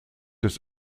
des